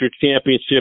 championship